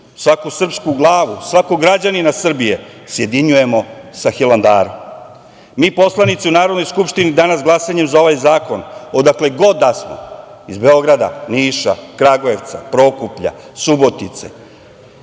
svaku srpsku glavu, svakog građanina Srbije sjedinjujemo sa Hilandarom. Mi poslanici u Narodnoj skupštini glasanjem za ovaj zakon, odakle god da smo, iz Beograda, Niša, Kragujevca, Prokuplja, Subotice,